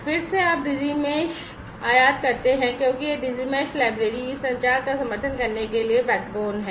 फिर से आप Digi mesh आयात करते हैं और क्योंकि यह Digi mesh लाइब्रेरी इस संचार का समर्थन करने के लिए बैकबोन है